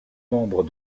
membre